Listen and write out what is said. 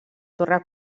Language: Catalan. torre